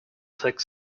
thick